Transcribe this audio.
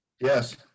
Yes